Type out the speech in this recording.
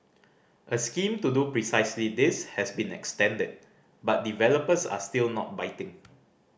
a scheme to do precisely this has been extended but developers are still not biting